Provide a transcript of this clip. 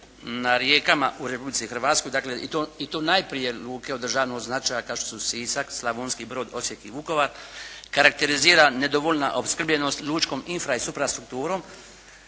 na rijekama u Republici Hrvatskoj, dakle, i to najprije luke od državnog značaja kao što su Sisak, Slavonski Brod, Osijek i Vukovar, karakterizira nedovoljna opskrbljenost lučkom infra i suprastrukturom.